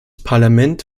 parlament